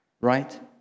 right